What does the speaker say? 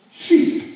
sheep